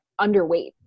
underweight